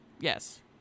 Yes